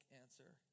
answer